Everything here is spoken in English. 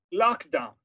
lockdown